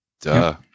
duh